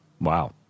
Wow